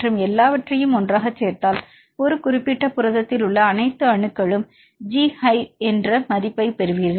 மற்றும் எல்லாவற்றையும் ஒன்றாகச் சேர்த்தால் ஒரு குறிப்பிட்ட புரதத்தில் உள்ள அனைத்து அணுக்களும் ஜி ஹை யின் மதிப்பைப் பெறுவீர்கள்